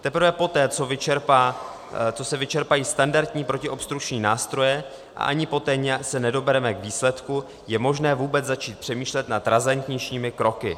Teprve poté, co se vyčerpají standardní protiobstrukční nástroje a ani poté se nedobereme k výsledku, je možné vůbec začít přemýšlet nad razantnějšími kroky.